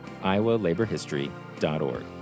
iowalaborhistory.org